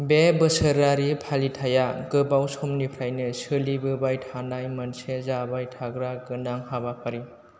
बे बोसोरारि फालिथाया गोबाव समनिफ्रायनो सोलिबोबाय थानाय मोनसे जाबाय थाग्रा गोनां हाबाफारि